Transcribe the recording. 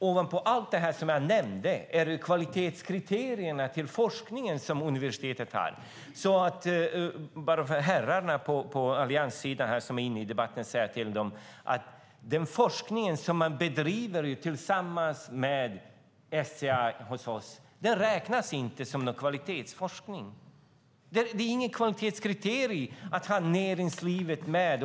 Ovanpå allt det som jag nämnde vill jag säga till herrarna på allianssidan som deltar i debatten att den forskning som man bedriver hos oss tillsammans med SCA inte räknas som någon kvalitetsforskning. Det anses inte vara några kvalitetskriterier att ha näringslivet med.